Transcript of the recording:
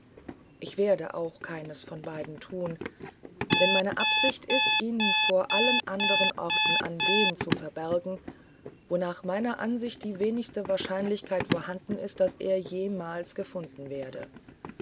ich werde auch keins von beiden tun denn meine absicht ist ihn vor allen andern orten an dem zu verbergen wo nach meineransichtdiewenigstewahrscheinlichkeitvorhandenist daßerjemalsgefunden werde